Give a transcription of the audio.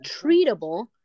treatable